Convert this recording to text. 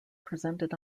presented